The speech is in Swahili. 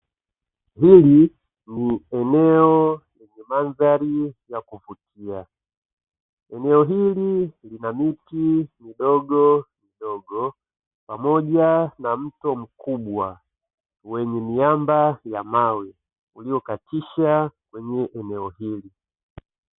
Hili ni eneo lenye mandhari ya kuvutia, eneo hili lina miti midogo midogo, pamoja na mto mkubwa wenye miamba ya mawe uliokatisha kwenye eneo hili.